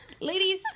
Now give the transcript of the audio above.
ladies